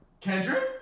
Kendrick